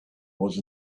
was